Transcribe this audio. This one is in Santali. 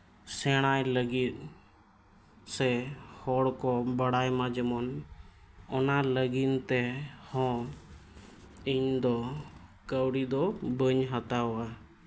ᱥᱮᱬᱟᱭ ᱞᱟᱹᱜᱤᱫ ᱥᱮ ᱦᱚᱲ ᱠᱚ ᱵᱟᱲᱟᱭᱢᱟ ᱡᱮᱢᱚᱱ ᱚᱱᱟ ᱞᱟᱹᱜᱤᱫ ᱛᱮ ᱦᱚᱸ ᱤᱧ ᱫᱚ ᱠᱟᱹᱣᱰᱤ ᱫᱚ ᱵᱟᱹᱧ ᱦᱟᱛᱟᱣᱟ